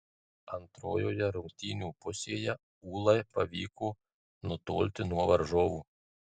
antrojoje rungtynių pusėje ūlai pavyko nutolti nuo varžovų